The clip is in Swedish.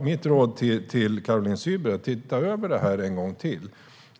Mitt råd till Caroline Szyber är: Se över det här en gång till!